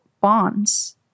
bonds